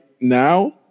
now